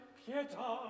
pietà